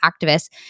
activists